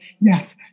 yes